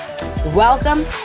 welcome